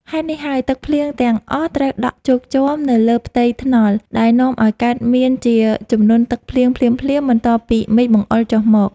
ហេតុនេះហើយ ទឹកភ្លៀងទាំងអស់ត្រូវដក់ជោកជាំនៅលើផ្ទៃថ្នល់ ដែលនាំឱ្យកើតមានជាជំនន់ទឹកភ្លៀងភ្លាមៗបន្ទាប់ពីមេឃបង្អុរចុះមក។